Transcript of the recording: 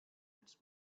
its